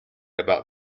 about